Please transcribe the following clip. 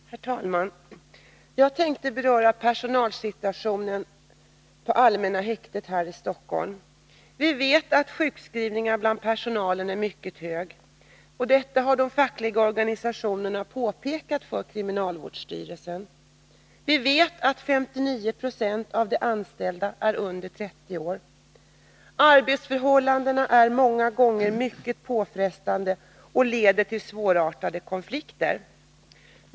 Herr talman! Jag tänker beröra personalsituationen på allmänna häktet här i Stockholm. Vi vet att sjukskrivningen bland personalen är mycket hög. Detta har de fackliga organisationerna påpekat för kriminalvårdsstyrelsen. Vi vet att 59 20 av de anställda är under 30 år. Arbetsförhållandena är många gånger mycket påfrestande, och det leder till svårartade konflikter.